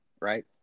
right